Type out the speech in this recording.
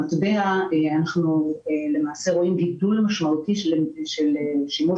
במטבע אנחנו למעשה רואים גידול משמעותי של שימוש